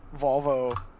volvo